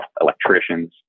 electricians